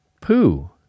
poo